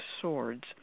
Swords